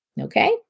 Okay